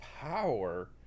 power